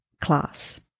class